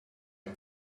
him